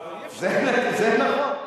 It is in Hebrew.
זה נכון.